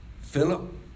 Philip